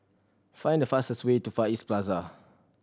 find the fastest way to Far East Plaza